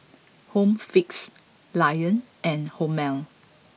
home fix lion and Hormel